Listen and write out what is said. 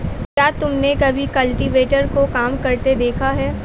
क्या तुमने कभी कल्टीवेटर को काम करते देखा है?